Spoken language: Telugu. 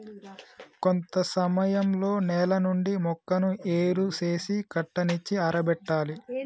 కొంత సమయంలో నేల నుండి మొక్కను ఏరు సేసి కట్టనిచ్చి ఆరబెట్టాలి